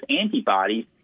antibodies